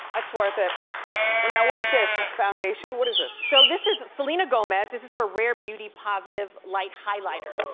that's worth it. well now what is this? foundation? what is this? so this is selena gomez, this is her rare beauty positive light highlighter.